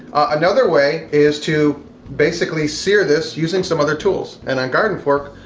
another way is to basically sear this using some other tools. and at gardenfork,